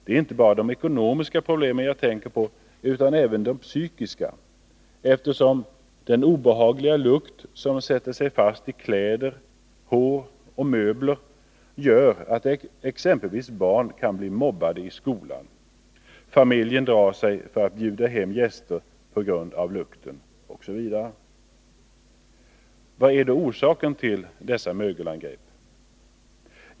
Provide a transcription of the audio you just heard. Det är inte bara de ekonomiska problemen jag tänker på utan även de psykiska, eftersom den obehagliga lukt som sätter sig fast i kläder, hår och möbler gör att exempelvis barn kan bli mobbade i skolan, familjen drar sig för att bjuda hem gäster på grund av lukten osv. Vad är då orsaken till dessa mögelangrepp?